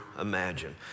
imagine